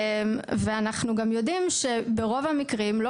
ואנחנו גם יודעים שברוב המקרים לא